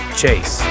chase